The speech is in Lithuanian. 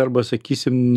arba sakysim